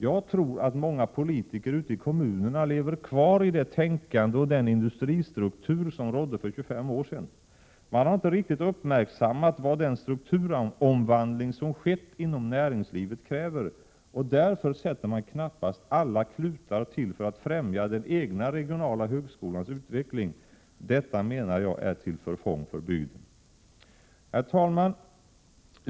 Jag tror att många politiker ute i kommunerna lever kvar i det tänkande och den industristruktur som rådde för 25 år sedan. Man har inte riktigt uppmärksammat vad den strukturomvandling som skett inom näringslivet kräver, och därför sätter man knappast alla klutar tili för att främja den egna regionala högskolans utveckling. Detta, menar jag, är till förfång för bygden. Herr talman!